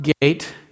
gate